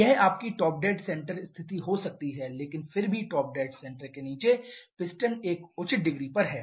यह आपकी top dead centre स्थिति हो सकती है लेकिन फिर भी टॉप डैड सेंटर के नीचे पिस्टन एक उचित डिग्री पर है